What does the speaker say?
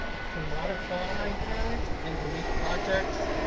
you can modify that and delete projects.